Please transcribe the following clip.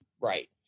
Right